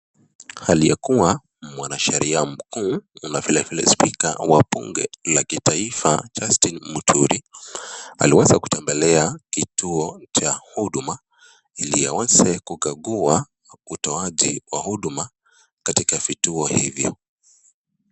Aliyekuwa mwanasheria mkuu na vilevile spika wa bunge la kitaifa Justin Muturi aliweza kutembelea kituo cha huduma ile aweze kukagua utoaji wa huduma katika vituo hivyo.